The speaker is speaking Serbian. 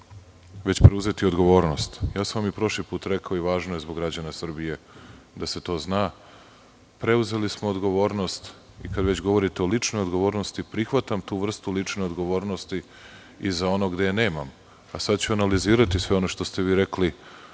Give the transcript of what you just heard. već preuzeti odgovornost. I prošli put sam vam rekao i važno je zbog građana Srbije da se to zna – preuzeli smo odgovornost. Kada već govorite o ličnoj odgovornosti, prihvatam tu vrstu lične odgovornosti i za ono gde je nemam. Sada ću analizirate sve ono što ste vi rekli.